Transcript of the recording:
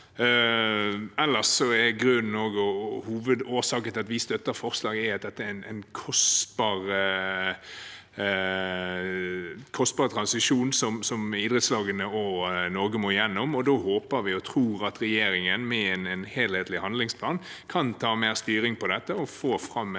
hovedårsaken til at vi støtter forslaget, at dette er en kostbar transisjon som idrettslagene og Norge må gjennom, og da håper og tror vi at regjeringen med en helhetlig handlingsplan kan ta mer styring og få fram en god